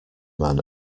man